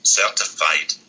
certified